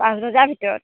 পাঁচ বজাৰ ভিতৰত